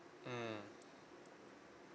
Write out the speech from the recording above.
mmhmm